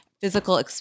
physical